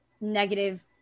negative